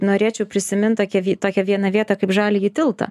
norėčiau prisimint tokį vi tokią vieną vietą kaip žaliąjį tiltą